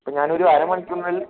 അപ്പോൾ ഞാനൊരു അരമണിക്കൂറിനുള്ളിൽ